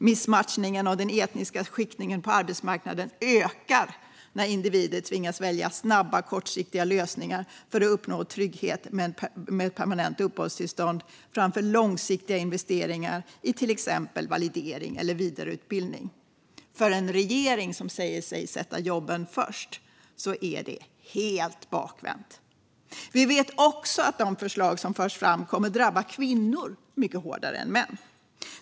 Missmatchningen och den etniska skiktningen på arbetsmarknaden ökar när individer tvingas välja snabba och kortsiktiga lösningar för att uppnå trygghet med ett permanent uppehållstillstånd framför långsiktiga investeringar i till exempel validering eller vidareutbildning. För en regering som säger sig sätta jobben först är det helt bakvänt. Vi vet också att de förslag som förs fram kommer att drabba kvinnor mycket hårdare än män.